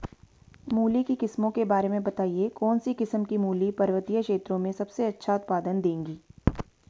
मूली की किस्मों के बारे में बताइये कौन सी किस्म की मूली पर्वतीय क्षेत्रों में सबसे अच्छा उत्पादन देंगी?